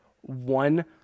one